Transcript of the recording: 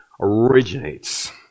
originates